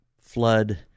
flood